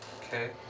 Okay